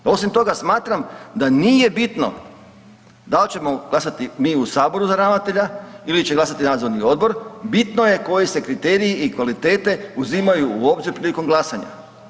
Osim toga smatram da nije bitno da li ćemo glasati mi u saboru za ravnatelja ili će glasati nadzorni odbor, bitno je koje se kriteriji i kvalitete uzimaju u obzir prilikom glasanja.